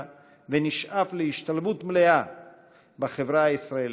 ונשאף להשתלבות מלאה שלה בחברה הישראלית,